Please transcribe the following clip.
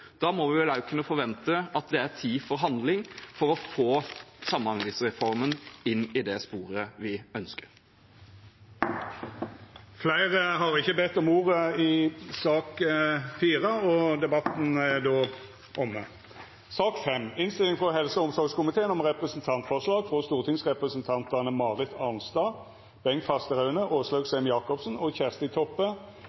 må vi vel også kunne forvente at det er tid for handling for å få samhandlingsreformen inn i det sporet vi ønsker. Fleire har ikkje bedt om ordet til sak nr. 4. Etter ønske frå helse- og omsorgskomiteen vil presidenten føreslå at taletida vert avgrensa til 3 minutt til kvar partigruppe og